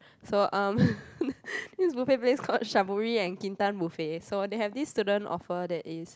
so um this buffet place called Shaburi and Kintan buffet so they have this student offer that is